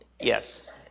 Yes